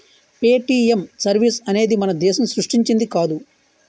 Paytm service అనేది మన దేశం సృష్టించింది కాదు